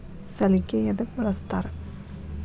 ಸಲಿಕೆ ಯದಕ್ ಬಳಸ್ತಾರ?